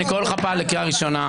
אני קורא לך לקריאה ראשונה.